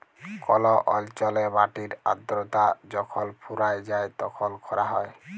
call অল্চলে মাটির আদ্রতা যখল ফুরাঁয় যায় তখল খরা হ্যয়